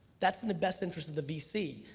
that's in the best interest of the vc,